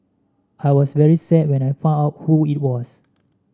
I was very sad when I found out who it was